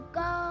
go